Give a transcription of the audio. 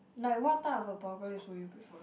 like what type of apocalypse will you prefer